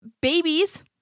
babies